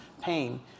pain